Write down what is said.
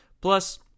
Plus